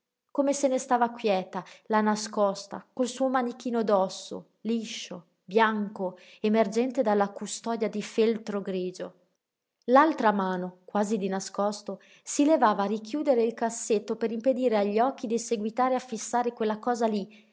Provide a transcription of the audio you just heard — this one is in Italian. come se ne stava quieta là nascosta col suo manichino d'osso liscio bianco emergente dalla custodia di feltro grigio l'altra mano quasi di nascosto si levava a richiudere il cassetto per impedire agli occhi di seguitare a fissar quella cosa lí